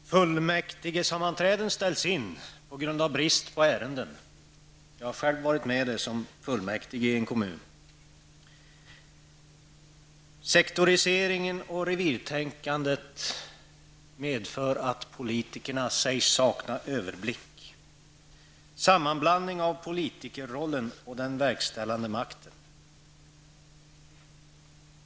Herr talman! Fullmäktigesammanträden ställs in på grund av brist på ärenden. Jag har själv varit med om det som fullmäktigeledamot i en kommun. Sektoriseringen och revirtänkandet medför att politikerna sägs sakna överblick. Det har skett en sammanblandning av politikerrollen och den verkställande makten.